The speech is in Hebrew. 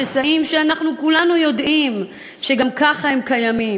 כל סוג של הסדר צריך להיות מובא להסכמת העם,